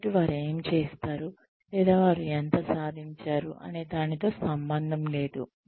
కాబట్టి వారు ఏమి చేసారు లేదా వారు ఎంత సాధించారు అనే దానితో సంబంధం లేదు